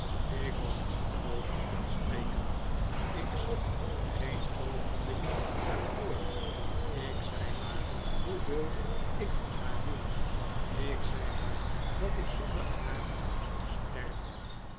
ik was ongelooflijk welsprekend ik zocht geen oogenblik naar een woord ik zei haar hoeveel ik van haar hield ik zei haar dat ik zonder haar zou sterven